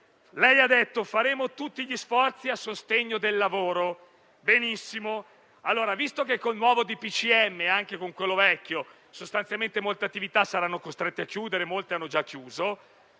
Lei ha detto che farete tutti gli sforzi a sostegno del lavoro. Benissimo, visto che con il nuovo DPCM (e anche con quello vecchio) sostanzialmente molte attività saranno costrette a chiudere e molte hanno già chiuso,